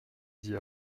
dit